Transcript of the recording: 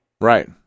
Right